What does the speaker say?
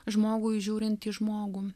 žmogui žiūrint į žmogų